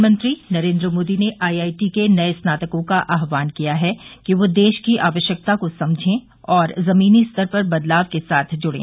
प्रधानमंत्री नरेंद्र मोदी ने I I T के नए स्नातकों का आहवान किया है कि वे देश की आवश्यकता को समझें और जमीनी स्तर पर बदलाव के साथ जुड़े